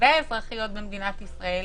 והאזרחיות במדינת ישראל